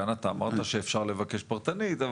כאן אתה אמרת שאפשר לבקש פרטנית,